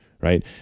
Right